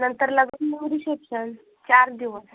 नंतर लग्न रिसेप्शन चार दिवस